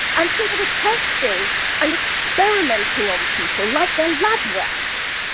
and so they were testing and experimenting on people like they're lab rats,